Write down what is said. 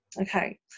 Okay